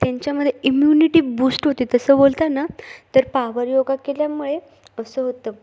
त्यांच्यामध्ये immunity boost होते तसं बोलताना तर पावर योगा केल्यामुळे असं होतं